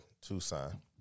Tucson